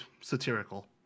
satirical